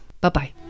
Bye-bye